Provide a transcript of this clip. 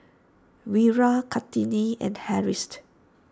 Wira Kartini and Harris